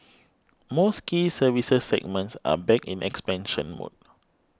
most key services segments are back in expansion mode